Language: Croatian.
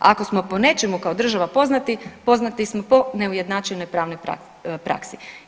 Ako smo po nečemu kao država poznati, poznati smo po neujednačenoj pravnoj praksi.